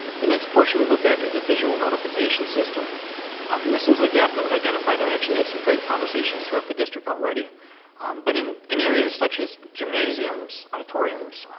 the next portion we looked at is a visual notification system um and this is a gap that was identified. i've actually had some great conversations throughout the district already but in in areas such as gymnasiums, auditoriums,